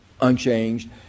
unchanged